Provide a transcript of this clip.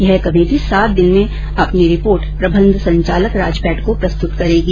यह कमेटी सात दिन में अपनी रिपोर्ट प्रबन्ध संचालक राजफैड को प्रस्तुत करेगी